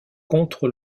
contre